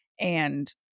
and-